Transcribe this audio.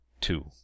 two